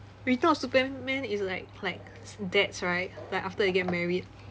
return of superman is like like dads right like after they get married